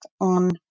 on